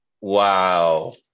Wow